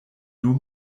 nur